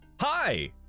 hi